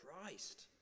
Christ